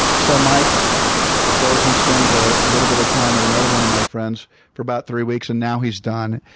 so mike goes and spends ah a little bit of time at another one of my friend's for about three weeks, and now he's done.